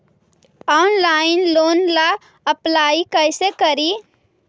Online loan ला apply कैसे करी?